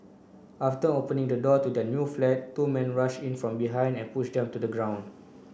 after opening the door to their new flat two men rushed in from behind and pushed them to the ground